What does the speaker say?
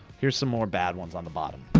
here's some more bad ones on the bottom.